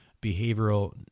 behavioral